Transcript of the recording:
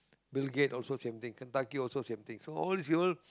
Bill-Gates also same thing Kentucky also same thing so all these people